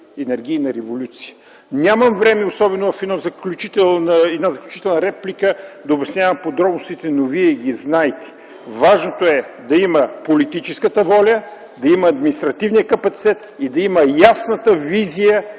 енергийна революция. Нямам време в заключителна реплика да обяснявам подробностите, но Вие ги знаете. Важното е да има политическа воля, административен капацитет и да има ясна визия